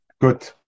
Good